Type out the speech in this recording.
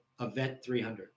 event300